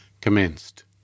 commenced